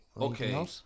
Okay